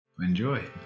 enjoy